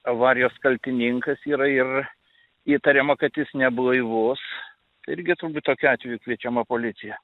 avarijos kaltininkas yra ir įtariama kad jis neblaivus tai irgi turbūt tokiu atveju kviečiama policija